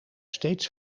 steeds